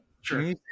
Sure